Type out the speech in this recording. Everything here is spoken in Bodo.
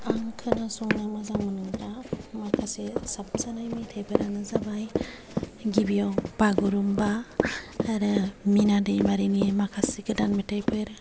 आं खोनासंनो मोजां मोनग्रा माखासे साबजानाय मेथायफोरानो जाबाय गिबियाव बागुरुम्बा आरो मिना दैमारिनि माखासे गोदान मेथायफोर